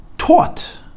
Taught